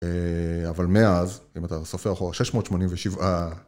אבל מאז, אם אתה סופר אחורה, 687...